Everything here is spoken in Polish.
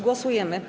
Głosujemy.